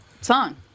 song